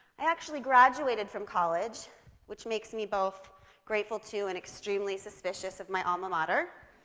i actually graduated from college which makes me both grateful to and extremely suspicious of my alma mater